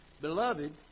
Beloved